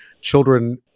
children